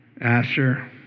Asher